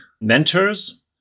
mentors